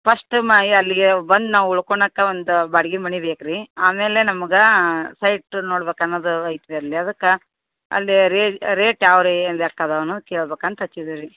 first ಅಲ್ಲಿಗೆ ಬಂದು ನಾವು ಉಳ್ಕೊಳಕ ಒಂದು ಬಾಡ್ಗೆ ಮನೆ ಬೇಕು ರೀ ಆಮೇಲೆ ನಮ್ಗೆ ಸೈಟ್ ನೋಡ್ಬೇಕನ್ನದು ಐತೆ ರೀ ಅಲ್ಲೆ ಅದಕ್ಕೆ ಅಲ್ಲಿ ರೇಟ್ ಯಾವ ರೀ ಎಂದು ಎಷ್ಟು ಅದವನ ಕೇಳ್ಬೇಕು ಅಂದು ಹಚ್ಚಿದೆ ರೀ